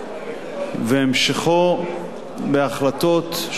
והמשכו בהחלטות של מל"ג יו"ש,